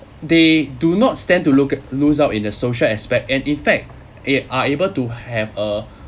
they do not stand to look at~ lose out in the social aspect and in fact a~ are able to have a